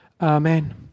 Amen